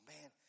man